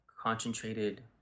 concentrated